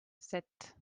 sept